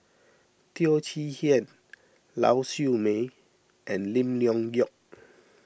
Teo Chee Hean Lau Siew Mei and Lim Leong Geok